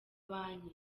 banki